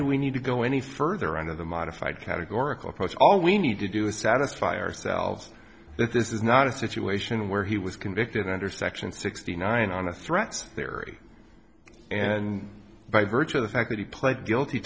do we need to go any further under the modified categorical approach all we need to do is satisfy ourselves that this is not a situation where he was convicted under section sixty nine on the threats there and by virtue of the fact that he pled guilty